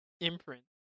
imprint